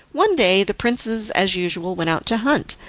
one day the princes as usual went out to hunt,